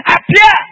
Appear